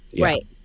Right